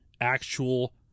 actual